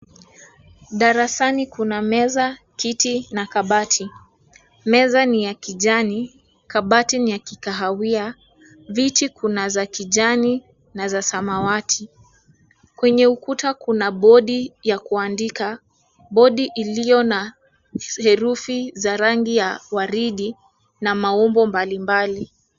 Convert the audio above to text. Darasani kuna meza, kiti na kabati. Meza ni ya kijani. Kabati ni ya kikahawia. Viti ni za kijani na za samawati. Kwenye ukuta kuna bodi ya kuandika, bodi iliyo na herufi za rangi ya waridi na maumbo mbalimbali.